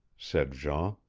said jean.